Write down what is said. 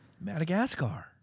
Madagascar